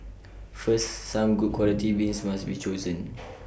first some good quality beans must be chosen